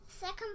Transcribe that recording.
second